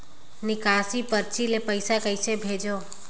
निकासी परची ले पईसा कइसे भेजों?